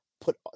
put